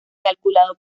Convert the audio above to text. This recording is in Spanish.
calculado